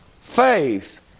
Faith